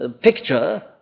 picture